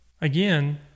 Again